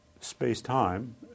space-time